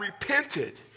repented